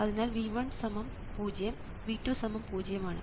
അതിനാൽ V1 0 V2 0 ആണ്